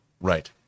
Right